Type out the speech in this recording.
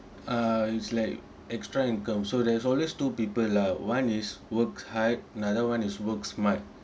ah it's like extra income so there's always two people lah one is work hard another one is work smart